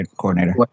coordinator